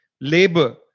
labor